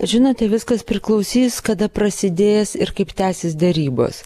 žinote viskas priklausys kada prasidės ir kaip tęsis derybos